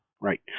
Right